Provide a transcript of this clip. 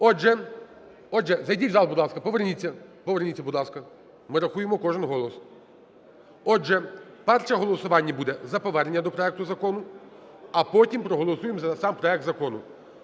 отже, зайдіть в зал, будь ласка, поверніться, поверніться, будь ласка, ми рахуємо кожен голос. Отже, перше голосування буде за повернення до проекту закону, а потім проголосуємо за сам проект закону.